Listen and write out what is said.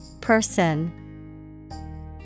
person